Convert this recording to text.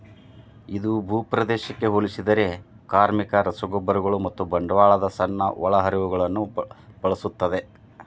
ಇದು ಭೂಪ್ರದೇಶಕ್ಕೆ ಹೋಲಿಸಿದರೆ ಕಾರ್ಮಿಕ, ರಸಗೊಬ್ಬರಗಳು ಮತ್ತು ಬಂಡವಾಳದ ಸಣ್ಣ ಒಳಹರಿವುಗಳನ್ನು ಬಳಸುತ್ತದೆ